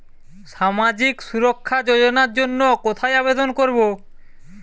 সামাজিক সুরক্ষা যোজনার জন্য কোথায় আবেদন করব?